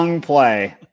play